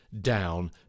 down